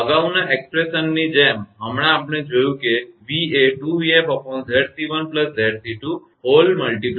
અગાઉના અભિવ્યક્તિ એક્સપ્રેશનની જેમ હમણાં આપણે જોયું છે કે v એ 2𝑣𝑓𝑍𝑐1𝑍𝑐2